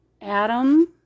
Adam